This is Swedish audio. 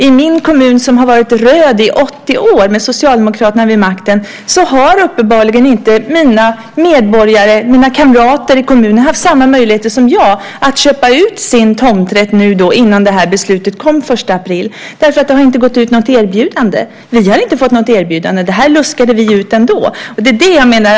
I min kommun, som har varit röd i 80 år med Socialdemokraterna vid makten, har uppenbarligen inte mina kamrater i kommunen haft samma möjlighet som jag att köpa ut sin tomträtt nu innan det här beslutet kom 1 april, därför att det inte har gått ut något erbjudande. Vi har inte fått något erbjudande. Det här luskade vi ut ändå. Det är det jag menar.